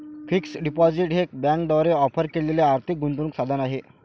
fixed deposit हे बँकांद्वारे offer केलेले आर्थिक गुंतवणूक साधन आहे